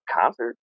concert